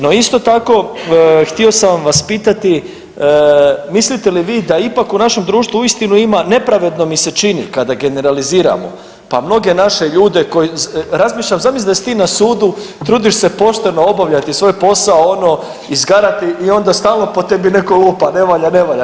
No isto tako htio sam vas pitati, mislite li vi da ipak u našem društvu uistinu ima nepravedno mi se čini kada generaliziramo pa mnoge naše ljude, razmišljam zamisli da si ti na sudu trudiš se pošteno obavljati svoj posao ono izgarati i onda stalno po tebi neko lupa ne valja, ne valja.